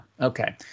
Okay